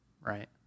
right